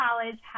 College